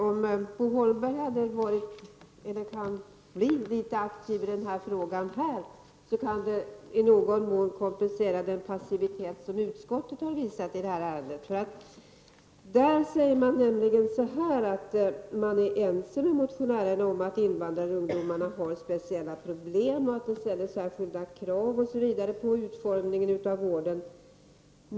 Om Bo Holmberg blir litet aktiv i denna fråga här, kan det i någon mån kompensera den passivitet som utskottet har visat i det här ärendet. I utskottet säger man nämligen att man är ense med motionärerna om att invandrarungdomarna har speciella problem och att det ställer särskilda krav på utformningen av vården.